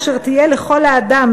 אשר תהיה לכל האדם,